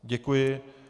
Děkuji.